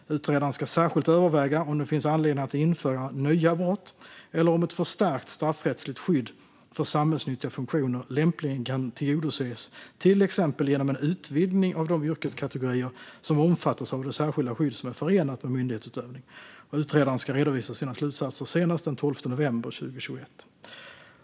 Utredaren ska särskilt överväga om det finns anledning att införa nya brott eller om ett förstärkt straffrättsligt skydd för samhällsnyttiga funktioner lämpligen kan tillgodoses till exempel genom en utvidgning av de yrkeskategorier som omfattas av det särskilda skydd som är förenat med myndighetsutövning. Utredaren ska redovisa sina slutsatser senast den 12 november 2021.